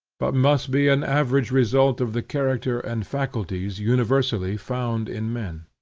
but must be an average result of the character and faculties universally found in men.